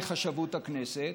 לחשבות הכנסת,